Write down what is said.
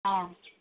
অঁ